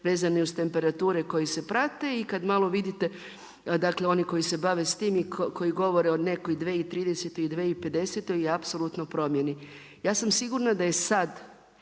vezane uz temperature koje se prate. I kad malo vidite, dakle oni koji se bave s tim i koji govore o nekoj 2030. i 2050. i apsolutnoj promjeni. Ja sam sigurna da je sad